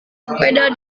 sepeda